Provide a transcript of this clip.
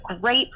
great